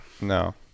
No